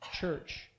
church